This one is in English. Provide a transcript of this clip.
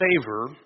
favor